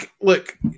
Look